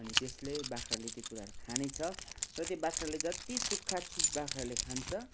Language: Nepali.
अनि त्यसले बाख्राले त्यो कुराहरू खानेछ र त्यो बाख्राले जति सुक्खा चिज बाख्राले खान्छ